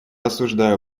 осуждаю